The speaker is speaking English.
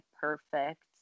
perfect